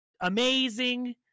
amazing